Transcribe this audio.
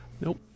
Nope